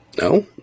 No